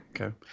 Okay